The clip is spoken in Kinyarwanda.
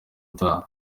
utaha